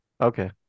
Okay